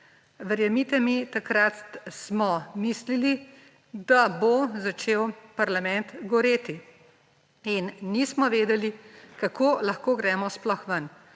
Verjemite mi, takrat smo mislili, da bo začel parlament goreti. In nismo vedeli, kako lahko gremo sploh ven.